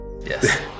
Yes